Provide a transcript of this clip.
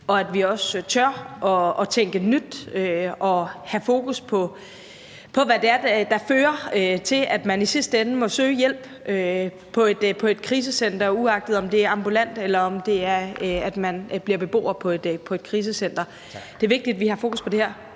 og at vi også tør tænke nyt og have fokus på, hvad der fører til, at man i sidste ende må søge hjælp på et krisecenter, uagtet om det er ambulant, eller om man bliver beboer på et krisecenter. Det er vigtigt, at vi har fokus på det her